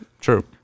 true